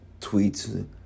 tweets